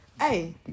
Hey